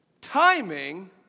Timing